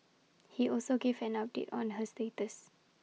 he also gave an update on her status